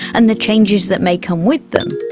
and the changes that may come with them?